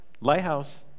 Lighthouse